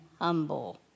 humble